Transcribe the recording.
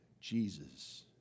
Jesus